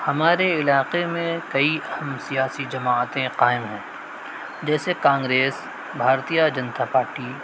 ہمارے علاقے میں کئی اہم سیاسی جماعتیں قائم ہیں جیسے کانگریس بھارتیہ جنتا پارٹی